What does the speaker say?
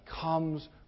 comes